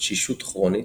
תשישות כרונית,